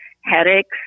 headaches